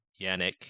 Yannick